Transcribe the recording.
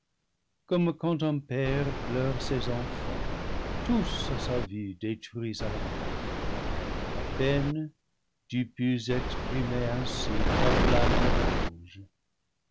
comme quand un père pleure ses enfants tous à sa vue détruits à la fois à peine tu pus exprimer ainsi ta plainte à l'ange